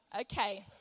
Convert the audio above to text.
Okay